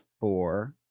four